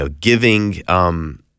giving –